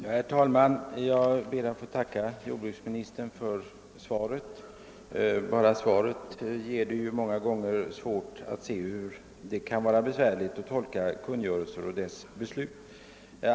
Herr talman! Jag ber att få tacka jordbruksministern för svaret — av detsamma framgår tydligt hur svårt det många gånger kan vara att tolka stadgor och kungörelser.